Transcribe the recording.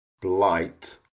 Blight